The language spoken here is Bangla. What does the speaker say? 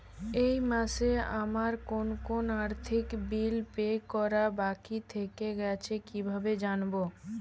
এই মাসে আমার কোন কোন আর্থিক বিল পে করা বাকী থেকে গেছে কীভাবে জানব?